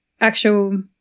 actual